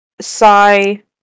sigh